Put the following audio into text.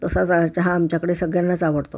तसाच हा चहा आमच्याकडे सगळ्यांनाच आवडतो